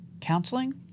counseling